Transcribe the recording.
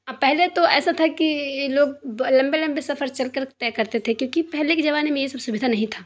پہلے تو ایسا تھا کہ لوگ لمبے لمبے سفر چل کر طے کرتے تھے کیوںکہ پہلے زمانے میں یہ سب سویدھا نہیں تھا